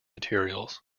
materials